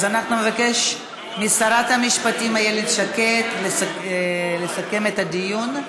אז אנחנו נבקש משרת המשפטים איילת שקד לסכם את הדיון.